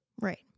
Right